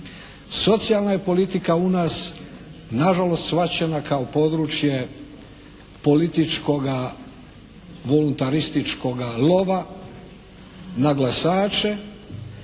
Socijalna je politika u nas nažalost, shvaćena kao područje političkoga, voluntarističkoga lova na glasače